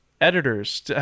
editors